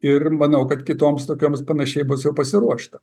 ir manau kad kitoms tokioms panašiai bus jau pasiruošta